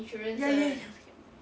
ya ya ya